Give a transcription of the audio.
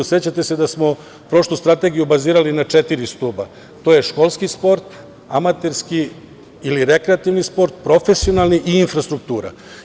Sećate se da smo prošlu strategiju bazirali na četiri stuba, to je školski sport, amaterski ili rekreativni sport, profesionalni i infrastruktura.